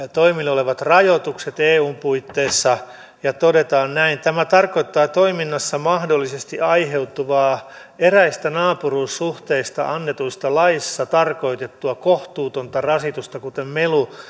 olevat rajoitukset eun puitteissa ja todetaan näin tämä tarkoittaa toiminnasta mahdollisesti aiheutuvaa eräistä naapuruussuhteista annetussa laissa tarkoitettua kohtuutonta rasitusta kuten melua